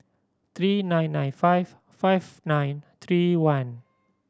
three nine nine five five nine three one